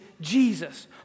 Jesus